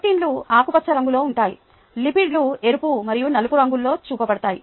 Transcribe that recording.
ప్రోటీన్లు ఆకుపచ్చ రంగులో ఉంటాయి లిపిడ్లు ఎరుపు మరియు నలుపు రంగులలో చూపబడాయి